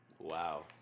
Wow